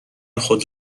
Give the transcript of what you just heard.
خود